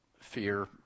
fear